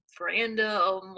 random